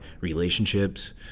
Relationships